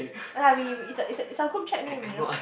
ya we it's a it's our group chat name you know